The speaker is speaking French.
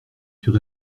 sur